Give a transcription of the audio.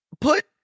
Put